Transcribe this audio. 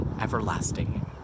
everlasting